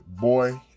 boy